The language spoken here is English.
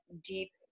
deep